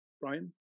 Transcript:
Brian